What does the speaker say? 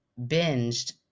binged